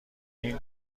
این